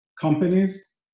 companies